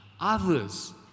others